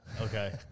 Okay